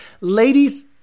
Ladies